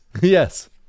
yes